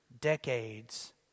decades